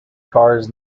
cars